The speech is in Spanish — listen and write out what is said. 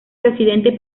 residente